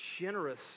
generous